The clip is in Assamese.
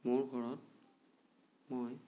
মোৰ ঘৰত মই